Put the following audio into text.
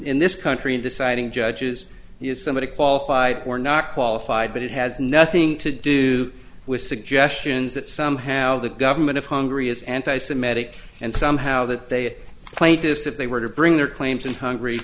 in this country in deciding judges he is somebody qualified or not qualified but it has nothing to do with suggestions that somehow the government of hungary is anti semitic and somehow that they plaintiffs if they were to bring their claims in hungary